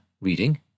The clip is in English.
reading